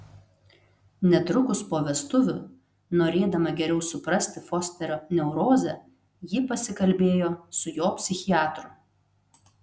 netrukus po vestuvių norėdama geriau suprasti fosterio neurozę ji pasikalbėjo su jo psichiatru